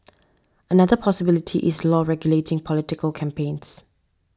another possibility is law regulating political campaigns